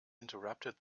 interrupted